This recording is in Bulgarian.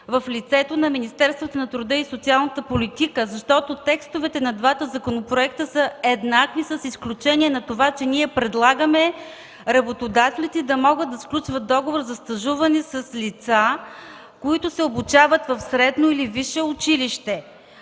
в лицето на Министерството на труда и социалната политика, защото текстовете на двата законопроекта са еднакви, с изключение на това, че ние предлагаме работодателите да могат да сключват договор за стажуване с лица, които се обучават в средно или висше училище.